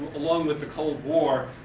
along with the cold war,